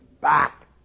back